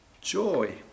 Joy